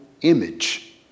image